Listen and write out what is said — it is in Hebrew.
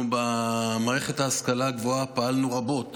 במערכת ההשכלה הגבוהה פעלנו רבות